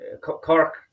Cork